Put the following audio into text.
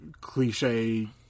cliche